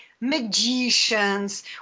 magicians